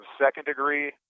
second-degree